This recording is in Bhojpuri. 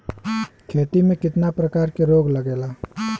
खेती में कितना प्रकार के रोग लगेला?